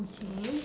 okay